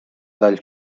dal